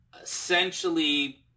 essentially